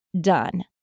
done